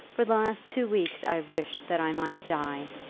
for the last two weeks i have wished that i might die.